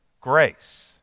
Grace